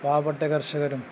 പാവപ്പെട്ട കർഷകരും